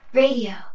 radio